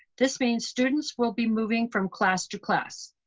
this means students will be moving from class to class.